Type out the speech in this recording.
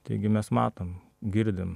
taigi mes matom girdim